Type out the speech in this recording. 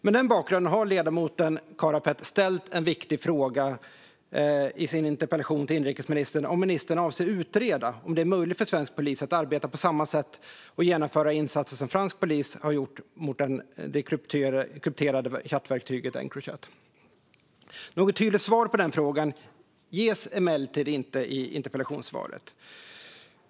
Med den bakgrunden har ledamoten Karapet ställt en viktig interpellation till inrikesministern om ministern avser att utreda om det är möjligt för svensk polis att arbeta på samma sätt och genomföra insatser som fransk polis har gjort mot den krypterade chattverktyget Encrochat. Något tydligt svar på den frågan gavs emellertid inte i interpellationssvaret.